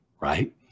right